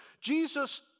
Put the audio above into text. Jesus